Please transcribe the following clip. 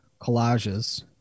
collages